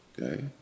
Okay